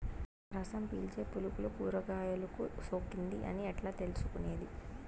రసం పీల్చే పులుగులు కూరగాయలు కు సోకింది అని ఎట్లా తెలుసుకునేది?